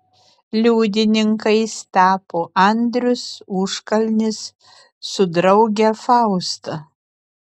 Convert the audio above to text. liudininkais tapo andrius užkalnis su drauge fausta